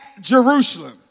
Jerusalem